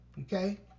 okay